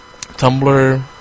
Tumblr